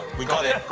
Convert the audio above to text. we've got it.